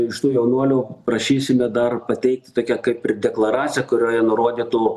iš tų jaunuolių prašysime dar pateikti tokią kaip ir deklaraciją kurioje nurodytų